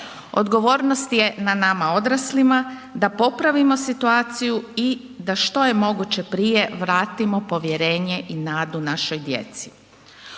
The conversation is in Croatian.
Odgovornost je na nama odraslima da popravimo situaciju i da što je moguće prije vratimo povjerenje i nadu našoj djeci.